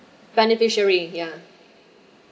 beneficiary ya